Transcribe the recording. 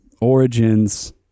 Origins